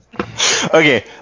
Okay